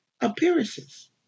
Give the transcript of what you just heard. appearances